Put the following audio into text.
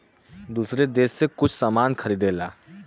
दूसर देस से कुछ सामान खरीदेला